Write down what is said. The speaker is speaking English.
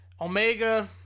Omega